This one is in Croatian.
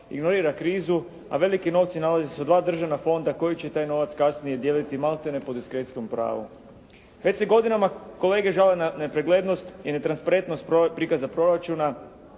ignorira krizu, a veliki novci nalaze se u dva državna fonda koji će taj novac kasnije dijeliti maltene po diskrecijskom pravu. Već se godinama kolege žale na nepreglednost i netransparentnost prikaza proračuna,